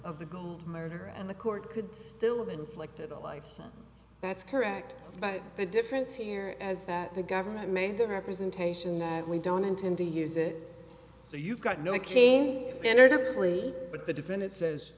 of the gold murder and the court could still have inflicted a life sentence that's correct but the difference here as that the government made the representation that we don't intend to use it so you've got no king pin or plea but the defendant says